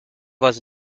was